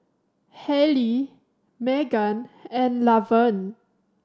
Halley Meaghan and Lavern